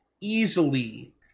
easily